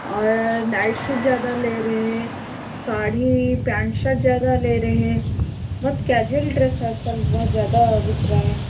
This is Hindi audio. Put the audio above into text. और नाइट शूट ज़्यादा ले रहे हैं साड़ी पेंट शर्ट ज़्यादा ले रहे हैं बहुत कैजुअल ड्रेस आज कल बहुत ज़्यादा बिक रहा है